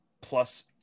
plus